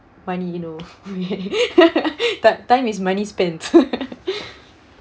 money you know ti~ time is money spent